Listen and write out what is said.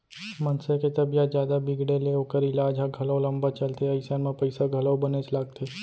मनसे के तबीयत जादा बिगड़े ले ओकर ईलाज ह घलौ लंबा चलथे अइसन म पइसा घलौ बनेच लागथे